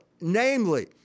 namely